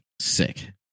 Sick